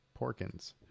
Porkins